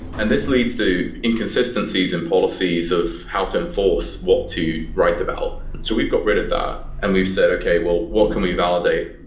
and this leads to inconsistencies in policies of how to enforce what to write about. so we've got rid of that and we've said, okay. well, what can we validate?